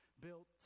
built